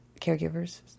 caregivers